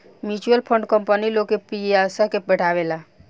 mutual fund company लोग के पयिसा के बढ़ावेला